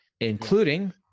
including